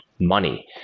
money